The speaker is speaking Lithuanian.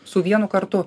su vienu kartu